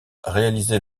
réalisé